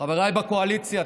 חבריי בקואליציה,